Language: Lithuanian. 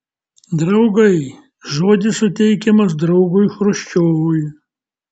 draugai žodis suteikiamas draugui chruščiovui